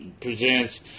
presents